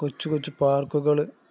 കൊച്ചുകൊച്ചു പാർക്കുകള്